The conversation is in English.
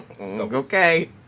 Okay